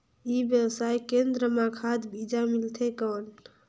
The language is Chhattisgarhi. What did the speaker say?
ई व्यवसाय केंद्र मां खाद बीजा मिलथे कौन?